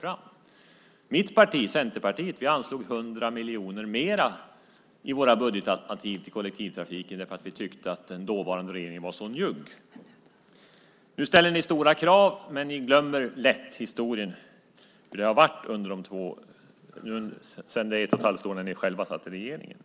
I mitt parti, Centerpartiet, anslog vi i våra budgetalternativ 100 miljoner mer till kollektivtrafiken eftersom vi tyckte att den dåvarande regeringen var så njugg. Nu ställer ni stora krav, men ni glömmer hur det var fram till för ett och ett halv år sedan, när ni hade regeringsmakten.